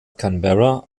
canberra